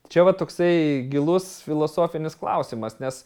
čia va toksai gilus filosofinis klausimas nes